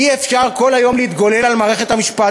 אי-אפשר כל היום להתגולל על מערכת המשפט,